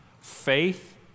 faith